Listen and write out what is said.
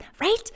right